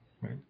right